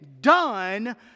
done